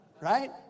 right